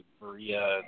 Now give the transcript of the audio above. Maria